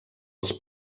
els